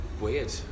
weird